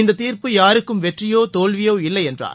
இந்தத் தீர்ப்பு யாருக்கும் வெற்றியோ தோல்வியோ இல்லையென்றார்